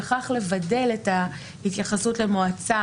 וכך לבדל את ההתייחסות למועצה